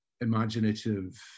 imaginative